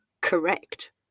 Correct